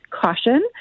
caution